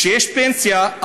כשיש פנסיה,